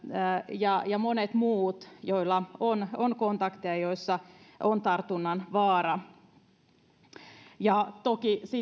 ja ja monet muut joilla on on kontakteja joissa on tartunnan vaara toki sitten